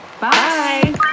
Bye